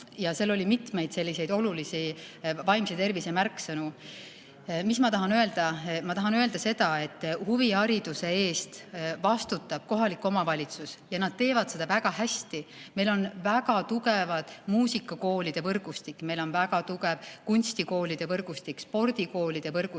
ja seal oli mitmeid selliseid olulisi vaimse tervise märksõnu. Mis ma tahan öelda? Ma tahan öelda seda, et huvihariduse eest vastutab kohalik omavalitsus ja nad teevad seda väga hästi. Meil on väga tugev muusikakoolide võrgustik, meil on väga tugev kunstikoolide võrgustik, spordikoolide võrgustik.